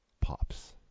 Pops